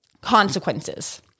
consequences